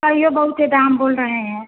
कहिए बहुते दाम बोल रहे हैं